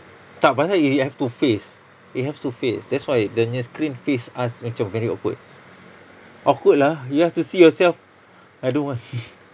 tak pasal you have to face it have to face that's why dia punya screen face us macam very awkward awkward lah you have to see yourself I don't want